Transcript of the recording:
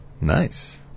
Nice